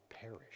perish